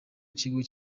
kigo